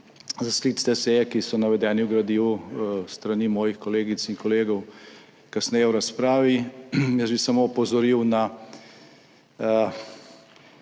za sklic te seje, ki so navedeni v gradivu, s strani mojih kolegic in kolegov kasneje v razpravi. Jaz bi samo opozoril na